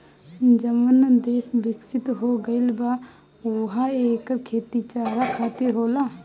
जवन देस बिकसित हो गईल बा उहा एकर खेती चारा खातिर होला